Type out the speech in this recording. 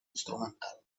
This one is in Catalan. instrumental